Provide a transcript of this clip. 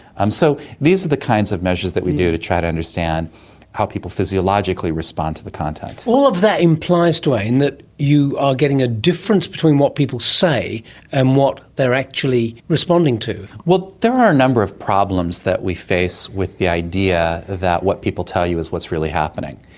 um so these are the kinds of measures that we do to try to understand how people physiologically response to the content. all of that implies duane, that you are getting a difference between what people say and what they are actually responding to. there are a number of problems that we face with the idea that what people tell you is what is really happening.